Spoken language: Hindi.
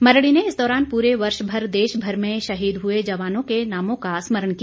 मरड़ी ने इस दौरान प्रे वर्ष भर में देश भर में शहीद हुए जवानों के नामों का समरण किया